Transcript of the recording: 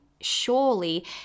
Surely